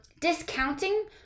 discounting